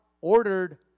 ordered